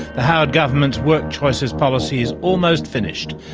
the howard government's workchoices policy is almost finished.